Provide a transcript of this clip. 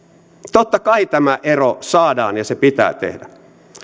totta kai tämä ero saadaan ja se pitää tehdä